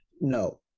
No